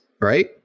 right